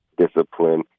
discipline